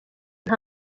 nta